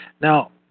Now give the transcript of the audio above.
Now